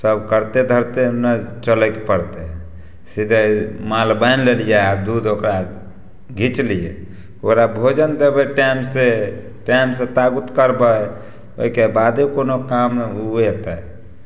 सब करिते धरिते ने चलैके पड़तै सीधे माल बान्हि लेलिए आओर दूध ओकरा घीचि लिए ओकरा भोजन देबै टाइमसे टाइमसे ताबुत करबै ओहिके बाद कोनो काम ओ अएतै